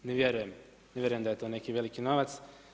Ne vjerujem, ne vjerujem da je to neki veliki novac.